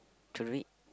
to read